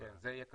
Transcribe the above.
כן, זה יהיה קשה.